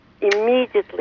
immediately